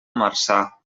marçà